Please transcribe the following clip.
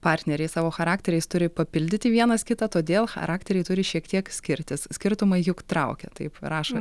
partneriai savo charakteriais turi papildyti vienas kitą todėl charakteriai turi šiek tiek skirtis skirtumai juk traukia taip rašo